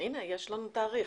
הנה, יש לנו תאריך.